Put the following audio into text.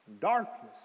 darkness